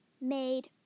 made